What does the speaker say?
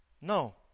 No